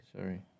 Sorry